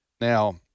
Now